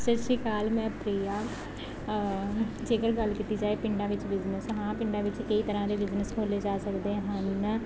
ਸਤਿ ਸ਼੍ਰੀ ਅਕਾਲ ਮੈਂ ਪ੍ਰਿਆ ਜੇਕਰ ਗੱਲ ਕੀਤੀ ਜਾਵੇ ਪਿੰਡਾਂ ਵਿੱਚ ਬਿਜ਼ਨਸ ਹਾਂ ਪਿੰਡਾਂ ਵਿੱਚ ਕਈ ਤਰ੍ਹਾਂ ਦੇ ਬਿਜ਼ਨਸ ਖੋਲ੍ਹੇ ਜਾ ਸਕਦੇ ਹਨ